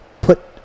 put